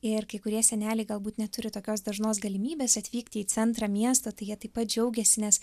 ir kai kurie seneliai galbūt neturi tokios dažnos galimybės atvykti į centrą miestą tai jie taip pat džiaugiasi nes